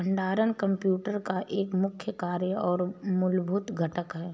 भंडारण कंप्यूटर का एक मुख्य कार्य और मूलभूत घटक है